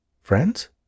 friends